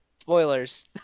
Spoilers